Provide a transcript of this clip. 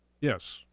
Yes